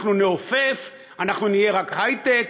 אנחנו נעופף, אנחנו נהיה רק היי-טק,